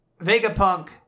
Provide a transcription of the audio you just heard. Vegapunk